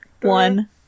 One